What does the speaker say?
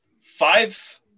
five